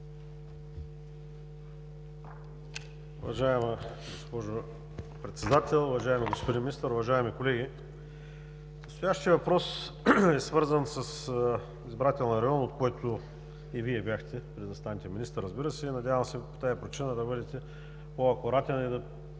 Уважаема госпожо Председател, уважаеми господин Министър, уважаеми колеги! Настоящият въпрос е свързан с избирателния район, от който и Вие бяхте преди да станете министър, разбира се. Надявам се по тази причина да бъдете по-акуратен и да